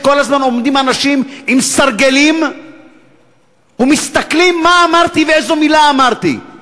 שכל הזמן עומדים אנשים עם סרגלים ומסתכלים מה אמרתי ואיזו מילה אמרתי,